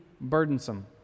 burdensome